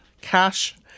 cash